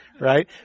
right